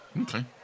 Okay